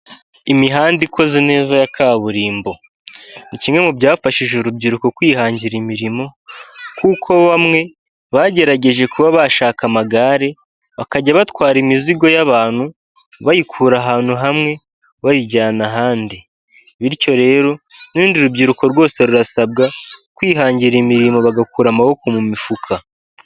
Imihanda ikoze neza ya kaburimbo, ni kimwe mu byafashije urubyiruko kwihangira imirimo kuko bamwe bagerageje kuba bashaka amagare, bakajya batwara imizigo y'abantu, bayikura ahantu hamwe bayijyana ahandi, bityo rero n'urundi rubyiruko rwose rurasabwa kwihangira imirimo, bagakura amaboko mu mifuka.